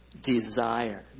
Desire